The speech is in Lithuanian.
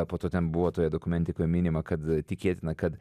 po to ten buvo toje dokumentikoje minima kad tikėtina kad